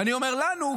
ואני אומר "לנו",